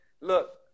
look